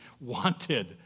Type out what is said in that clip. wanted